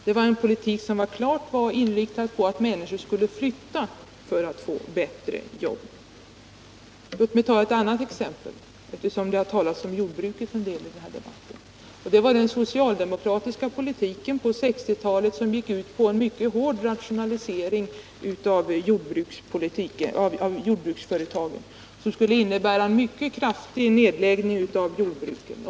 Det var en politik som var klart inriktad på att människor skulle flytta för att få bättre jobb. Ett annat exempel — det har ju talats en del om jordbruket i den här debatten — är den socialdemokratiska jordbrukspolitiken, som på 1960-talet gick ut på en mycket hård rationalisering av jordbruksföretagen. Den skulle innebära en mycket kraftig nedläggning av jordbruken.